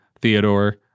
Theodore